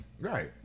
Right